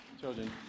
children